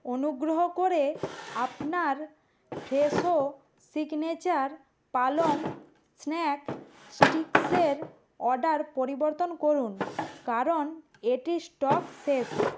অনুগ্রহ করে আপনার ফ্রেশো সিগনেচার পালং স্ন্যাক স্টিক্সের অর্ডার পরিবর্তন করুন কারণ এটির স্টক শেষ